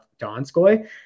Donskoy